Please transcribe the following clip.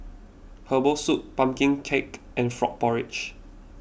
Herbal Soup Pumpkin Cake and Frog Porridge